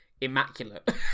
immaculate